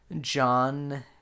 john